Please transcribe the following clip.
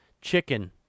chicken